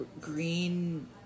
green